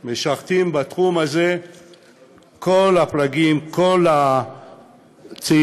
משרתים בתחום הזה כל הפלגים, כל הצעירים,